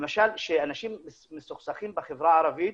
למשל כשאנשים מסוכסכים בחברה הערבית,